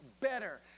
better